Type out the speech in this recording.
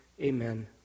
Amen